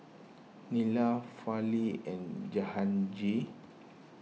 Neila Fali and Jahangir